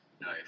nice